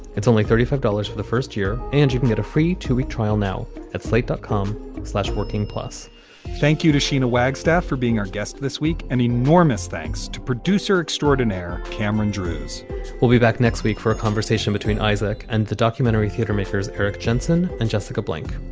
it's only thirty five dollars for the first year and you can a free two week trial now at slate dot com slash working plus thank you to sheena wagstaff for being our guest this week. an enormous thanks to producer extraordinaire cameron drewes we'll be back next week for a conversation between isaac and the documentary theatre makers. erik jensen and jessica blank,